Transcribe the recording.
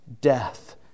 death